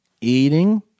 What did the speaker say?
eating